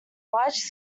large